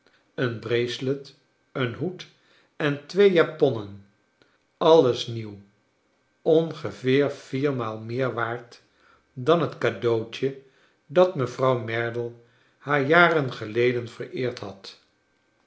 een bracelet een hoed en twee japonnen alles nieuw ongeveer vier maal meer waard dan het cadeautje dat mevrouw merdle haar jaren geleden vereerd had